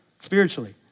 spiritually